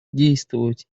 действовать